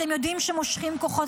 אתם יודעים שמושכים כוחות,